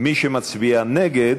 מי שמצביע נגד,